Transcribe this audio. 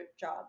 job